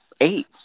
Eight